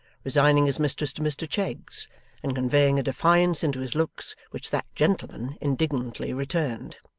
resigning his mistress to mr cheggs and conveying a defiance into his looks which that gentleman indignantly returned.